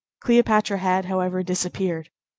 cleopatra had, however, disappeared.